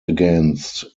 against